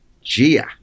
Gia